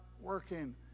working